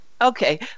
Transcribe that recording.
Okay